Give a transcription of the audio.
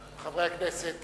חברי הכנסת,